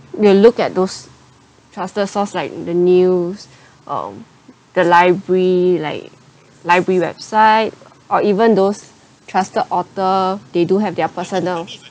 you will look at those trusted source like the news um the library like library website or even those trusted author they do have their personal